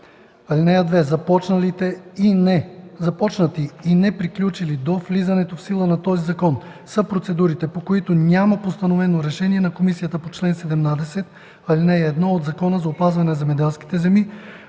(2) Започнати и неприключили до влизането в сила на този закон са процедурите, по които няма постановено решение на комисията по чл. 17, ал. 1 от Закона за опазване на земеделските земи